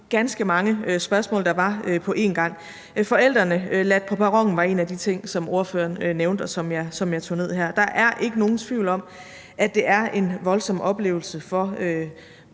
ganske mange spørgsmål, der var på én gang. Forældrene efterladt på perronen var en af de ting, som ordføreren nævnte, og som jeg tog ned her. Der er ikke nogen tvivl om, at det er en voldsom oplevelse for